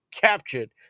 captured